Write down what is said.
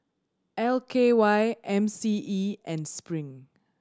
L K Y M C E and Spring